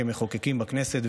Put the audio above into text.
כמחוקקים בכנסת,